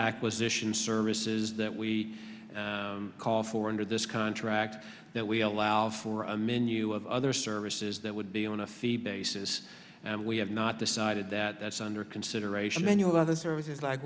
acquisition services that we call for under this contract that we allow for a menu of other services that would be on a fee basis and we have not decided that that's under consideration menu of other services like